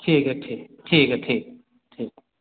ठीक हय ठीक ठीक हय ठीक ठीक